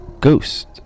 ghost